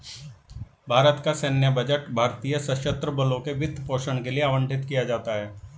भारत का सैन्य बजट भारतीय सशस्त्र बलों के वित्त पोषण के लिए आवंटित किया जाता है